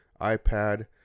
iPad